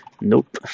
Nope